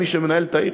אין מי שמנהל את העיר.